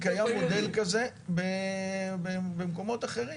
בדיון הקודם הבאנו את המצגת ובאמת התבקשנו לפרט.